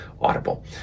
Audible